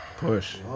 Push